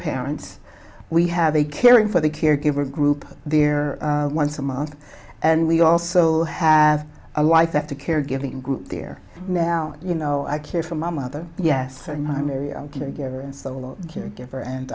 parents we have a caring for the caregiver group there once a month and we also have a life after caregiving group there now you know i care for my mother yes and